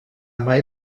mai